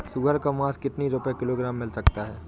सुअर का मांस कितनी रुपय किलोग्राम मिल सकता है?